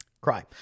cry